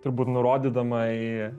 turbūt nurodydama į